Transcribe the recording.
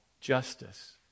justice